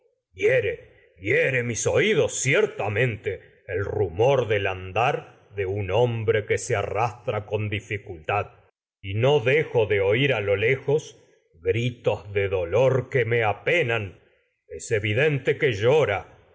mis oídos ciertamente que rumor del andar de un hombre se arrastra con dificultad y no me dejo de oír a lo lejos gritos de dolor que pero apenan es evidente que llora